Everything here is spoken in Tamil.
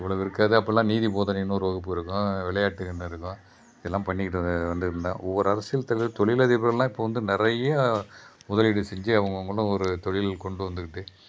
இவ்வளவு இருக்காது அப்போல்லாம் நீதி போதனைனு ஒரு வகுப்பு இருக்கும் விளையாட்டுக்குனு இருக்கும் இதெல்லாம் பண்ணிக்கிட்டு வந்து இருந்தேன் ஒவ்வொரு அரசியல் தொழில் தொழிலதிபர்லாம் இப்போ வந்து நிறைய முதலீடு செஞ்சு அவங்கவுங்களும் ஒரு தொழில் கொண்டு வந்துக்கிட்டு